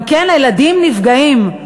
גם הילדים נפגעים.